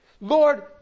Lord